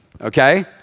okay